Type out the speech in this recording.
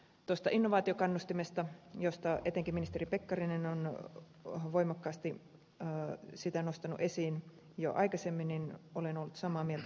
tuosta innovaatiokannustimesta jota etenkin ministeri pekkarinen on voimakkaasti nostanut esiin jo aikaisemmin olen ollut samaa mieltä